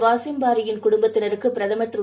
வாசிம் பாரியின் குடும்பத்தினருக்குப் பிரதமர் திரு